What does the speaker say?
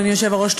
אדוני היושב-ראש,